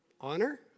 honor